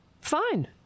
fine